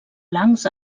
blancs